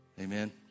Amen